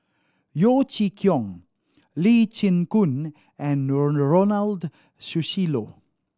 Yeo Chee Kiong Lee Chin Koon and Ronald Susilo